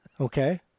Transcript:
Okay